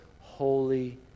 holy